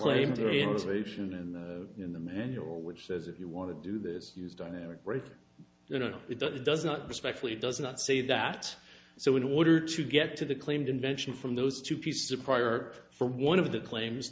claimed ration and in the manual which says if you want to do this use dynamic braking you know it does it does not especially does not say that so in order to get to the claimed invention from those two pieces of prior art for one of the claims